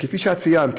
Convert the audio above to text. כפי שאת ציינת,